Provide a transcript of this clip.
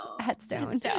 headstone